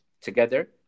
together